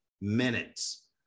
minutes